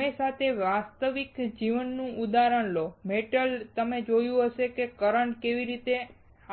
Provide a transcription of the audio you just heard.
હંમેશાં એક વાસ્તવિક જીવનનું ઉદાહરણ લો મેટલ તમે શું જોશો છો કે કરંટ કેવી રીતે